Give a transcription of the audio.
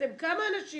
אתם כמה אנשים,